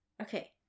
Okay